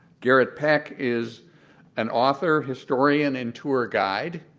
garrett peck is an author, historian and tour guide.